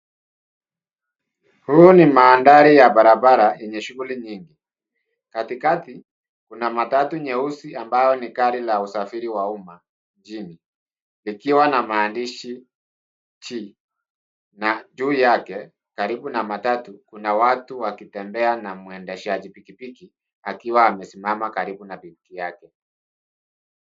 Huu ni mandhari ya barabara yenye shughuli nyingi. Katikati kuna matatu nyeusi ambao ni gari la usafiri wa umma nchini ikiwa na maandishi G na juu yake karibu na matatu kuna watu wakitembea na mwendeshaji pikipiki akiwa amesimama karibu na pikipiki yake.